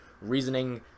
reasoning